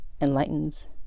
enlightens